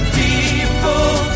people